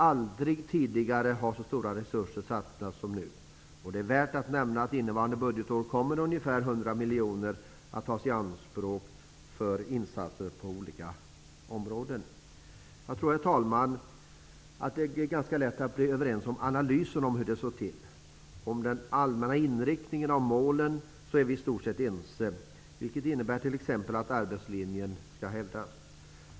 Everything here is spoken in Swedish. Aldrig tidigare har så stora resurser satsats som nu. Det är värt att nämna att innevarande budgetår kommer ungefär 100 miljarder att tas i anspråk för insatser på olika områden. Jag tror, herr talman, att det är ganska lätt att bli överens om analysen av hur det står till. Om den allmänna inriktningen av målen är vi i stort sett ense, vilket t.ex. innebär att arbetslinjen skall hävdas.